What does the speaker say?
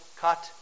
cut